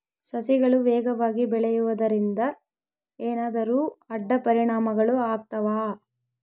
ಸಸಿಗಳು ವೇಗವಾಗಿ ಬೆಳೆಯುವದರಿಂದ ಏನಾದರೂ ಅಡ್ಡ ಪರಿಣಾಮಗಳು ಆಗ್ತವಾ?